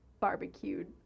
barbecued